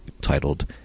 titled